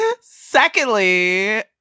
Secondly